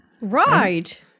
Right